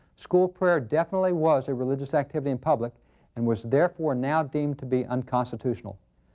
school prayer definitely was a religious activity in public and was therefore now deemed to be unconstitutional.